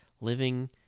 living